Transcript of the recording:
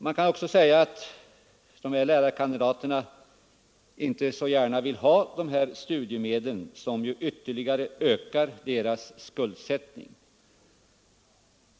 Man kan också säga att dessa lärarkandidater inte så gärna vill ha de här studiemedlen, som ju ytterligare ökar deras skuldsättning.